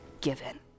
given